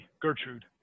Gertrude